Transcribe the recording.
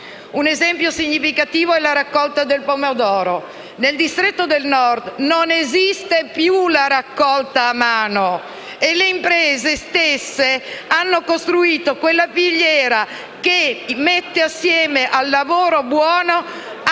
Un esempio significativo è la raccolta del pomodoro: nel distretto del Nord non esiste più la raccolta a mano e le imprese stesse hanno costruito quella filiera che mette insieme al lavoro buono la